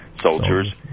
soldiers